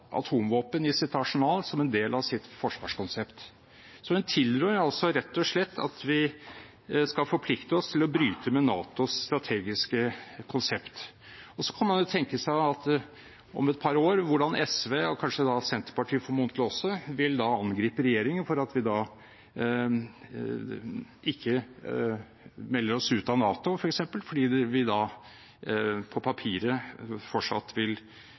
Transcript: atomvåpen i sitt arsenal som en del av sitt forsvarskonsept. Hun tilrår altså rett og slett at vi skal forplikte oss til å bryte med NATOs strategiske konsept. Så kan man – om et par år – tenke seg hvordan SV og formodentlig også kanskje Senterpartiet vil angripe regjeringen fordi vi f.eks. ikke melder oss ut av NATO, fordi vi på papiret fortsatt vil